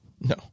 No